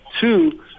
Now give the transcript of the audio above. two